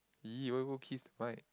!ee! why you go kiss mic